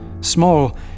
Small